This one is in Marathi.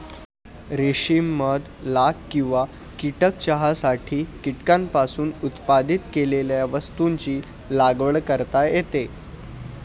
रेशीम मध लाख किंवा कीटक चहासाठी कीटकांपासून उत्पादित केलेल्या वस्तूंची लागवड करता येते